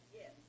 yes